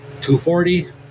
240